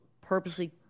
purposely